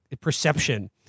perception